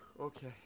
Okay